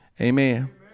Amen